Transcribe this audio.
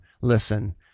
listen